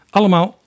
Allemaal